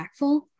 impactful